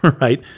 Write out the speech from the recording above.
right